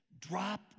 drop